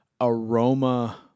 aroma